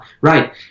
right